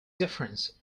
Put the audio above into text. difference